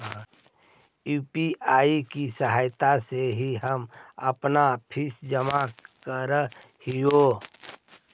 UPI की सहायता से ही हम अपन फीस जमा करअ हियो